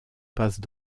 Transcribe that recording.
passent